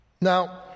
Now